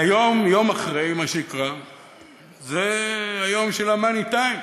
והיום, יום אחרי מה שנקרא היום של המאני-טיים,